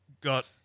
got